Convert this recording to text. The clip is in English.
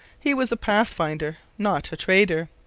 he was a pathfinder, not a trader.